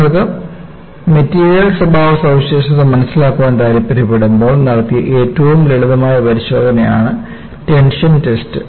നിങ്ങൾക്ക് മെറ്റീരിയൽ സ്വഭാവ സവിശേഷത മനസ്സിലാക്കാൻ താൽപ്പര്യപ്പെടുമ്പോൾ നടത്തിയ ഏറ്റവും ലളിതമായ പരിശോധന ആണ് ടെൻഷൻ ടെസ്റ്റ്